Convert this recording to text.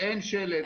אין שלט.